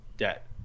debt